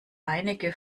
einige